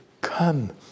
come